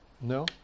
No